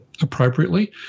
appropriately